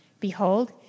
Behold